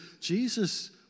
Jesus